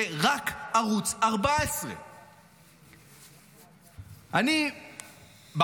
זה רק ערוץ 14. בהתחלה,